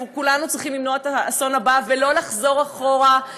אנחנו כולנו צריכים למנוע את האסון הבא ולא לחזור אחורה,